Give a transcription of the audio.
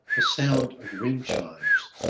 a sound of wind chimes.